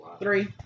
Three